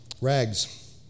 rags